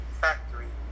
factory